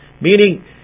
meaning